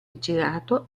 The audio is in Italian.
girato